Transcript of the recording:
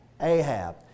Ahab